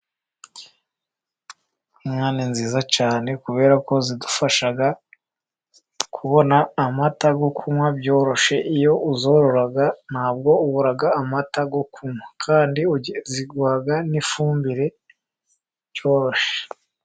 Inka ni nziza cyane kubera ko zidufasha kubona amata yo kunywa byoroshye. Iyo uzorora ntabwo ubura amata yo kunywa kandi ziguha n'ifumbire byoroshye.